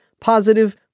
positive